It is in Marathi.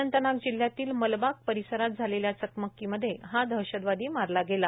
अनंतनाग जिल्ह्यातील मलबाग परिसरात झालेल्या चकमकीमधे हा दहशतवादी मारला गेला आहे